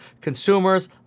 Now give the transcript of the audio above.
consumers